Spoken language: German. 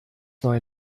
neue